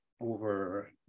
over